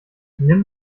nimm